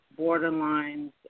borderlines